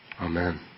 Amen